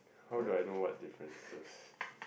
how do I know what differences